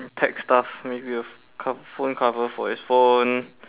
tech stuff maybe a ph~ cove~ phone cover for his phone